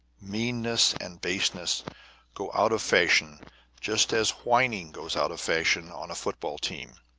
meanness and baseness go out of fashion just as whining goes out of fashion on a football team.